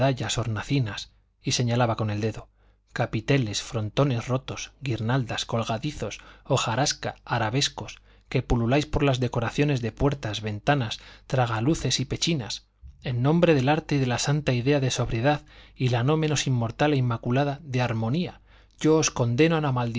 hornacinas y señalaba con el dedo capiteles frontones rotos guirnaldas colgadizos hojarasca arabescos que pululáis por las decoraciones de puertas ventanas tragaluces y pechinas en nombre del arte de la santa idea de sobriedad y la no menos inmortal e inmaculada de armonía yo os condeno a